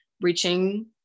reaching